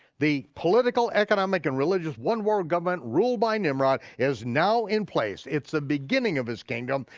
the political, economic, and religious one-world government ruled by nimrod is now in place. it's the beginning of his kingdom,